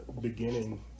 beginning